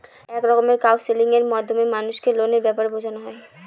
এক রকমের কাউন্সেলিং এর মাধ্যমে মানুষকে লোনের ব্যাপারে বোঝানো হয়